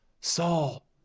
Saul